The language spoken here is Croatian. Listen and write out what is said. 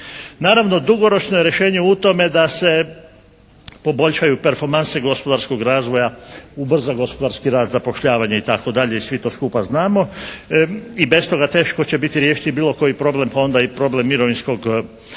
Naravno dugoročno je rješenje u tome da se poboljšaju performanse gospodarskog razvoja, ubrza gospodarski rast, zapošljavanje itd. i svi to skupa znamo. I bez toga teško će biti riješiti bilo koji problem pa onda i problem mirovinskog osiguranja.